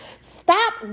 Stop